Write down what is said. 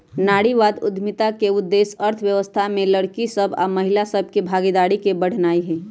नारीवाद उद्यमिता के उद्देश्य अर्थव्यवस्था में लइरकि सभ आऽ महिला सभ के भागीदारी के बढ़ेनाइ हइ